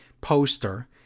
poster